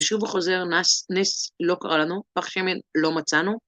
ושוב הוא חוזר, נס לא קרא לנו, פך שמן לא מצאנו.